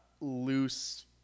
loose